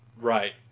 Right